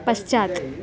पश्चात्